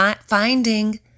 Finding